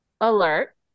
alert